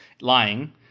Lying